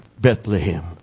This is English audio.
Bethlehem